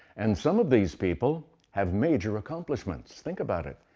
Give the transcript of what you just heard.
and some of these people have major accomplishments. think about it.